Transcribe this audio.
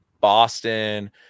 Boston